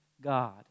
God